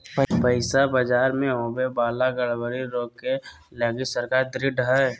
पैसा बाजार मे होवे वाला गड़बड़ी रोके लगी सरकार ढृढ़ हय